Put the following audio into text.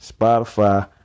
Spotify